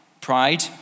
Pride